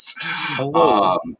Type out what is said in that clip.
Hello